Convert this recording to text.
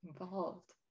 involved